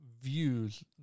views